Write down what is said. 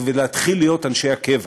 ולהתחיל להיות אנשי הקבע,